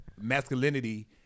masculinity